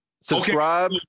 Subscribe